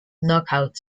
knockout